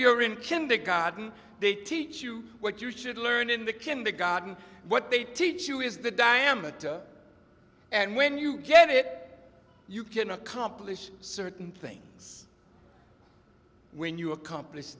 you're in kindergarten they teach you what you should learn in the kindergarten what they teach you is the diameter and when you get it you can accomplish certain things when you accomplish